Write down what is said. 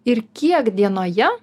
ir kiek dienoje